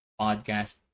podcast